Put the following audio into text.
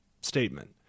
statement